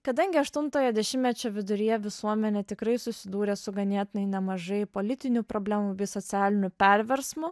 kadangi aštuntojo dešimtmečio viduryje visuomenė tikrai susidūrė su ganėtinai nemažai politinių problemų bei socialinių perversmų